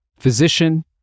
physician